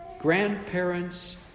grandparents